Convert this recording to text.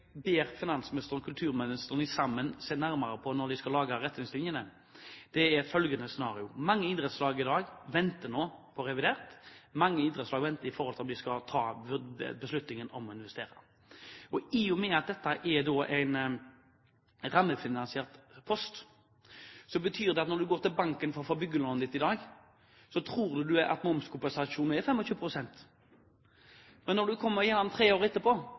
ber finansministeren og kulturministeren om å se nærmere på sammen når de skal lage retningslinjene, er følgende scenario: Mange idrettslag avventer i dag revidert budsjett med hensyn til hvorvidt de skal ta investeringsbeslutninger. I og med at dette er en rammefinansiert post, betyr det at når man i dag går til banken for å få byggelån, tror man at momskompensasjonen er på 25 pst. Men når man kommer tilbake tre år etterpå,